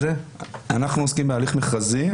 אנחנו עוסקים בהליך מכרזי.